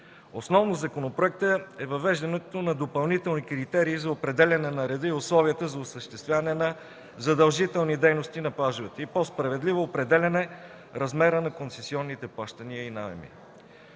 Основно в законопроекта е въвеждането на допълнителни критерии за определяне на реда и условията за осъществяване на задължителни дейности на плажовете и по-справедливо определяне на размера на концесионните плащания и наеми.